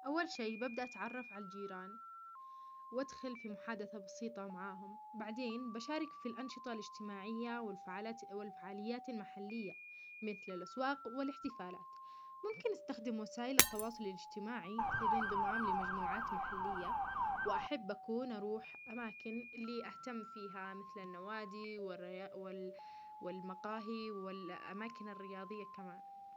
أول شي ببدأ أتعرف عالجيران وأدخل في محادثة بسيطة معاهم، بعدين بشارك في الأنشطة الإجتماعية والفعالات-والفعاليات المحلية مثل الأسواق والإحتفالات، ممكن أستخدم وسائل التواصل الإجتماعي للإنضمام لمجموعات محلية، وأحب أكون أروح أماكن اللى أهتم فيها مثل النوادى وال والمقاهى والأماكن الرياضية كمان.